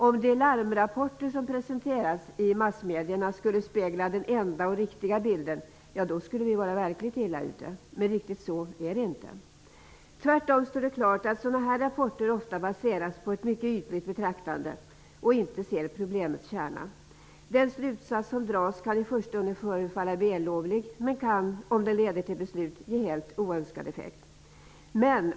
Om de larmrapporter som presenteras i massmedierna skulle spegla den enda och riktiga bilden, då skulle vi vara verkligt illa ute. Men riktigt så är det inte. Tvärtom står det klart att sådana rapporter ofta baseras på ett mycket ytligt betraktande och inte ser problemets kärna. Den slutsats som dras kan i förstone förefalla vällovlig, men kan, om den leder till beslut, ge helt oönskad effekt.